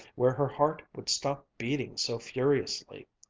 where her heart would stop beating so furiously.